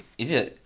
is it